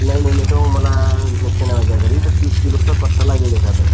नाही नाही नाही तो मला रिसेप्शन आहे माझ्या घरी तीस किलोचं कट्टा लागेल एखादं